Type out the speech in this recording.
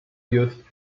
used